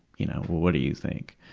you know what do you think?